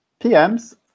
PMs